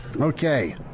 Okay